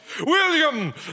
William